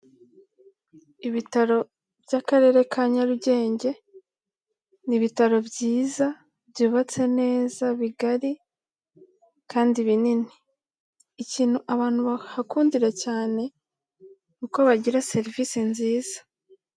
Ibitaro by'Akarere ka Nyarugenge, ni ibitaro byiza byubatse neza bigari kandi binini, ikintu abantu bahakundira cyane ni uko bagira serivisi nziza.